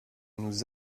nous